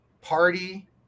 party